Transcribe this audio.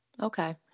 Okay